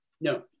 no